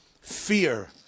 fear